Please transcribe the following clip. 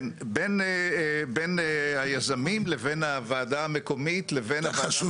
בין היזמים לבין הוועדה המקומית לבין הוועדה המחוזית.